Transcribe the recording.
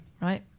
right